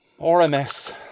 RMS